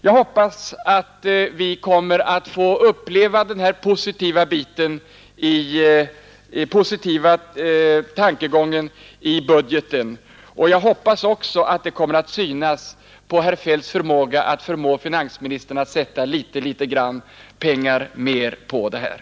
Jag hoppas att vi kommer att få uppleva den här positiva tankegången i budgeten, och jag hoppas också att det kommer att synas på herr Feldts förmåga att få finansministern att satsa litet, litet grand mera pengar på detta.